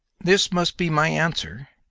this must be my answer,